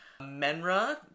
Menra